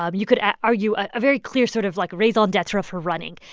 um you could argue a very clear sort of, like, raison d'etre for running.